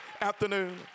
afternoon